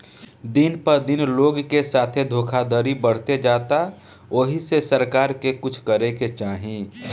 दिन प दिन लोग के साथे धोखधड़ी बढ़ते जाता ओहि से सरकार के कुछ करे के चाही